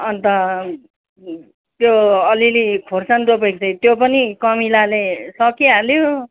अन्त त्यो अलिअलि खोर्सानी रोपेको थिएँ त्यो पनि कमिलाले सकिहाल्यो